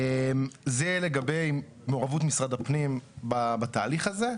זה לגבי מעורבות משרד הפנים בתהליך הזה.